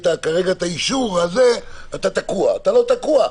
אתה לא תקוע.